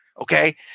Okay